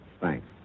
Thanks